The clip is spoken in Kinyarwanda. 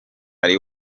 ari